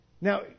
Now